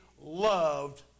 loved